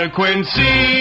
Quincy